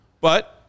But-